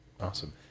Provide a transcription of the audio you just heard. Awesome